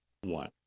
one